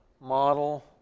model